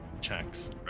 checks